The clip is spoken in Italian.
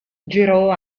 girò